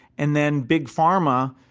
and then big pharma.